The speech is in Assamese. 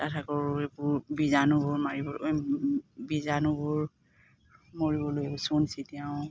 এইবোৰ বীজাণুবোৰ বীজাণুবোৰ মৰিবলৈ চুণ চিটিয়াও